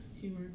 humor